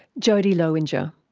jodie lowinger.